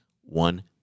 one